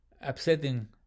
upsetting